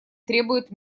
требует